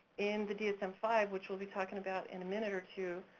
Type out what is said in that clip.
in the dsm five, which we'll be talking about in a minute or two,